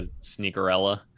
Sneakerella